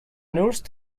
nurse